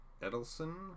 Edelson